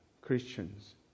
Christians